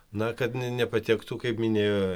na kad nepatektų kaip minėjo